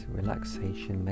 relaxation